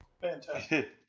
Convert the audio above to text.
Fantastic